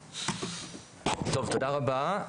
טוב, תודה רבה.